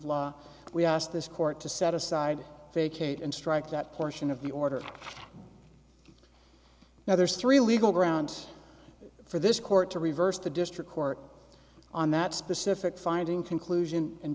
of law we asked this court to set aside vacate and strike that portion of the order now there's three legal ground for this court to reverse the district court on that specific finding conclusion and